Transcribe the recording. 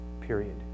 period